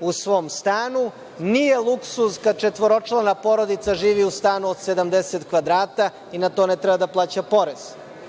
u svom stanu, nije luksuz kad četvoročlana porodica živi u stanu od 70 kvadrata i na to ne treba da plaća porez.